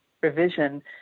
revision